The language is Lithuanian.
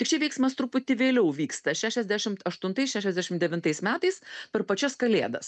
tik čia veiksmas truputį vėliau vyksta šešiasdešimt aštuntais šešiasdešimt devintais metais per pačias kalėdas